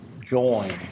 join